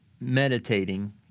meditating